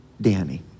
Danny